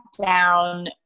down